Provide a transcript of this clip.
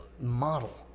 model